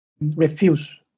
refuse